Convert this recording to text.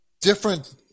different